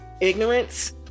ignorance